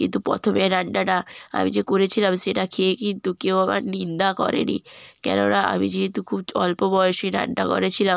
কিন্তু প্রথমের রান্নাটা আমি যে করেছিলাম সেটা খেয়ে কিন্তু কেউ আমার নিন্দা করেনি কেননা আমি যেহেতু খুব অল্প বয়সে রান্না করেছিলাম